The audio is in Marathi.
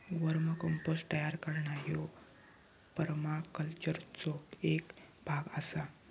वर्म कंपोस्ट तयार करणा ह्यो परमाकल्चरचो एक भाग आसा